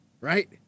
Right